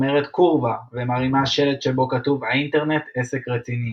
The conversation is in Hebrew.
אומרת "kurwa" ומרימה שלט שבו כתוב "האינטרנט עסק רציני".